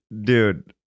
dude